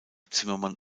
zimmermann